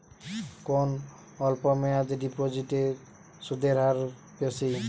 কোন অল্প মেয়াদি ডিপোজিটের সুদের হার বেশি?